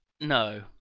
No